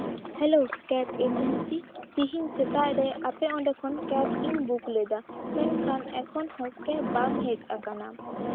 hello cab agency ᱛᱤᱦᱤᱧ ᱥᱮᱛᱟᱜ ᱨᱮ ᱟᱯᱮ ᱚᱸᱰᱮ ᱠᱷᱚᱱ ᱠᱮᱵᱽ ᱤᱧ ᱵᱩᱠ ᱞᱮᱫᱟ ᱢᱮᱱᱠᱷᱟᱱ ᱮᱠᱷᱚᱱ ᱦᱚᱸ ᱵᱟᱝ ᱦᱮᱡ ᱟᱠᱟᱱᱟ